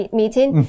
meeting